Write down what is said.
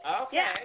Okay